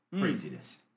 Craziness